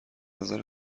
نظر